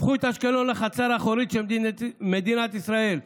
הפכו את אשקלון לחצר האחורית של מדינת ישראל.